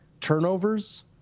turnovers